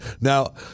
Now